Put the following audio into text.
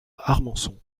armançon